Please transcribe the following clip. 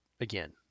again